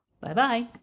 bye-bye